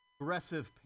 aggressive